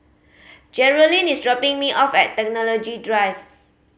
Jerrilyn is dropping me off at Technology Drive